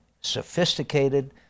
sophisticated